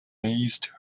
raised